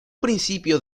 principio